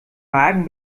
magen